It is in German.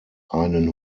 einen